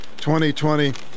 2020